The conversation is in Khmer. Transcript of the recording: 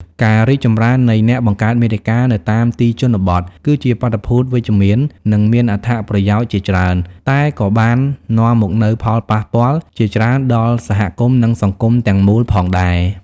ការរីកចម្រើននៃអ្នកបង្កើតមាតិកានៅតាមទីជនបទ គឺជាបាតុភូតវិជ្ជមាន និងមានអត្ថប្រយោជន៍ជាច្រើន តែក៏បាននាំមកនូវផលប៉ះពាល់ ជាច្រើនដល់សហគមន៍ និងសង្គមទាំងមូលផងដែរ។